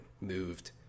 moved